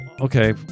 Okay